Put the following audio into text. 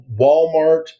Walmart